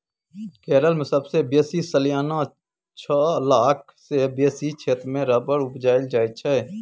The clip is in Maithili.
केरल मे सबसँ बेसी सलियाना छअ लाख सँ बेसी क्षेत्र मे रबर उपजाएल जाइ छै